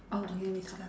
oh can hear me talk ah